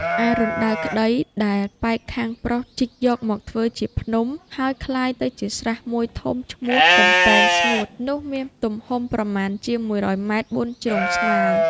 ឯរណ្ដៅក្ដី ដែលប៉ែកខាងប្រុសជីកយកមកធ្វើជាភ្នំ ហើយក្លាយទៅជាស្រះ ១ ធំ ឈ្មោះ "កំពែងស្ងួត" នោះ មានទំហំ ប្រមាណជា ១០០ ម. ៤ ជ្រុងស្មើ